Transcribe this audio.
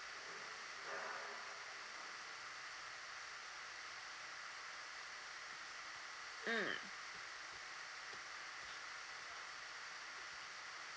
mm